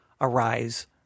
arise